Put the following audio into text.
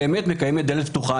מקיימת דלת פתוחה.